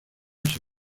ese